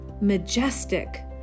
majestic